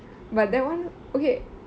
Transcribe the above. but that one okay